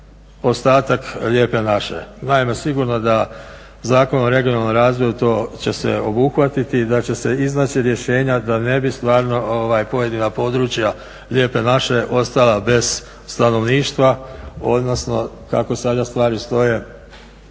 ostatak Lijepe naše. Naime, sigurno da Zakon o regionalnom razvoju to će se obuhvatiti i da će se iznaći rješenja da ne bi stvarno pojedina područja Lijepe naše ostala bez stanovništva odnosno kako sada stvari stoje